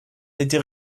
étais